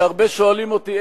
הרבה שואלים אותי,